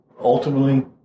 ultimately